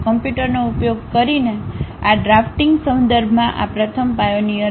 કમ્પ્યુટરનો ઉપયોગ કરીને આ ડરાફ્ટિંગ સંદર્ભમાં આ પ્રથમ પાયોનીયર છે